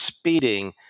speeding